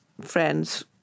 friends